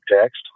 text